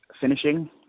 finishing